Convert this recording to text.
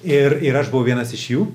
ir ir aš buvau vienas iš jų